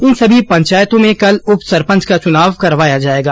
इन सभी पंचायतों में कल उप सरपंच का चुनाव करवाया जाएगा